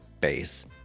base